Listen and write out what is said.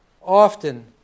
often